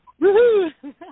Woo-hoo